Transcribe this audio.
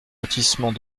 lotissement